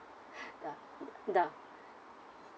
ya ya